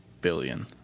billion